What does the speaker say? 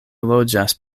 loĝas